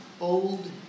old